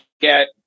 get